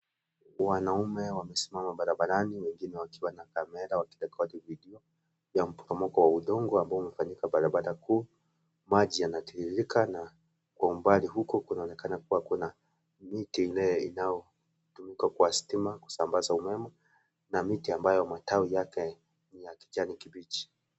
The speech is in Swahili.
Wanaume wamesimama barabarani wengine wakiwa na kamera wakirekodi video ya mporomoko wa udongo ambao umefanyika barabara kuu maji yanatiririka na kwa umbali huko kunaonekana kuwa kuna miti ile inayotumika kwa stima kusambaza umeme na miti ambayo matawi yake ni ya kijani kibichi.